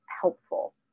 helpful